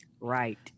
right